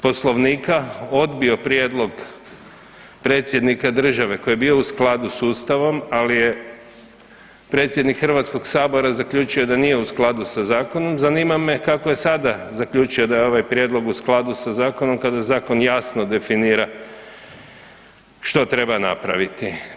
Poslovnika odbio prijedlog predsjednika države koji je bio u skladu s ustavom, ali je predsjednik HS zaključio da nije u skladu sa zakonom, zanima me kako je sada zaključio da je ovaj prijedlog u skladu sa zakonom kada zakon jasno definira što treba napraviti?